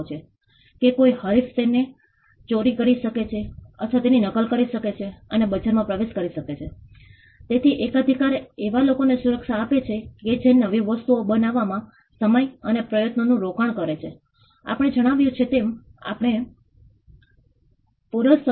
લોકો હેલો કહે તમે કેવી રીતે છો તે ઘણા મુદ્દાઓ વિશે વાત કરી રહ્યા છે તેઓ તેમના આજીવિકાના પ્રશ્નો તેમની નોકરી કુટુંબના પ્રશ્નો મકાનોના પ્રશ્નો અંગે ચિંતિત છે